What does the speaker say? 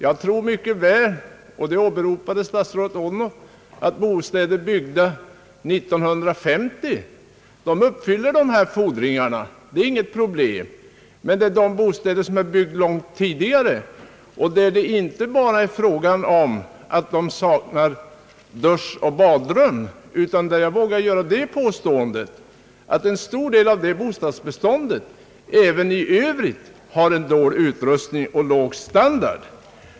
Det kan vara riktigt, som statsrådet Odhnoff framhöll, att bostäder byggda år 1950 uppfyller fordringarna — det är inget problem — men det gör inte de bostäder som har byggts långt tidigare och som inte bara saknar duschrum eller badrum utan också i övrigt till stor del har en låg standard.